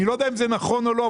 אני לא יודע אם זה נכון או לא,